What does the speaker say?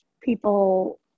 people